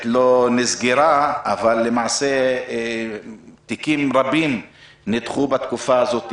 לא נסגרה אבל למעשה תיקים רבים נדחו בתקופה הזאת,